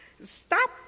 stop